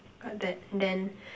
got that then